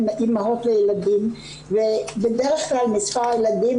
הן אימהות לילדים ובדרך כלל מספר הילדים